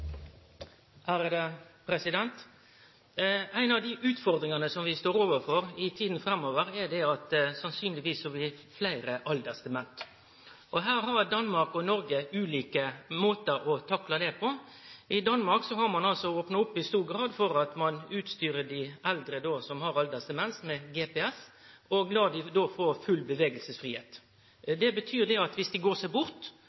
av dei utfordringane vi står overfor i tida framover, er at fleire sannsynlegvis vil bli aldersdemente. Her har Danmark og Noreg ulike måtar å takle det på. I Danmark har ein i stor grad opna for at ein utstyrer dei eldre som har aldersdemens, med GPS og lèt dei få full bevegelsesfridom. Det betyr at dersom dei går seg bort